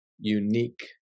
unique